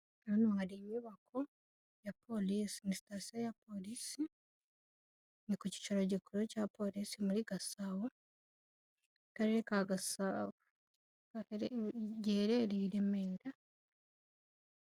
Hano hari inyubako ya polisi ni sitasiyo ya polisi, ni ku cyicaro gikuru cya polisi muri Gasabo Akarere ka Gasabo, giherereye i Remera.